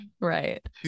right